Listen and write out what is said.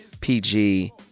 PG